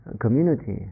community